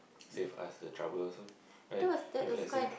save us the trouble also right if let's say